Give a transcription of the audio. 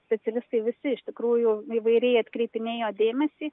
specialistai visi iš tikrųjų įvairiai atkreipinėjo dėmesį